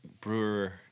brewer